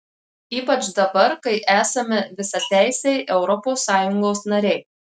ypač dabar kai esame visateisiai europos sąjungos nariai